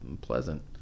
pleasant